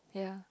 yeah